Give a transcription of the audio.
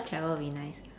travel would be nice